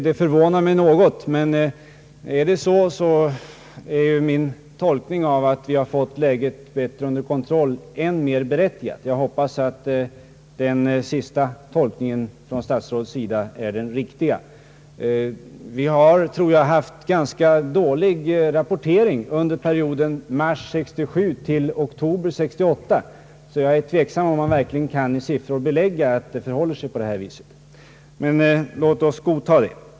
Det förvånar mig något, men i så fall är ju min tolkning att vi har fått läget bättre under kontroll än mer berättigad. Jag hoppas att den tolkningen av statsrådets uttalande är den riktiga. Jag tror att rapporteringen har varit ganska dålig under perioden mars 1967 —oktober 1968, så jag är tveksam om det verkligen är möjligt att med siffror belägga att det förhåller sig på det här sättet. Men låt oss godta det.